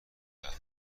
بهره